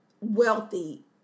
wealthy